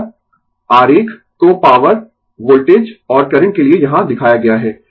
और आरेख को पॉवर वोल्टेज और करंट के लिए यहां दिखाया गया है